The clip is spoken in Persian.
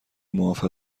معاف